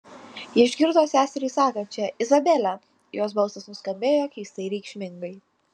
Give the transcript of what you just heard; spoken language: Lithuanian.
ji išgirdo seserį sakančią izabele jos balsas nuskambėjo keistai reikšmingai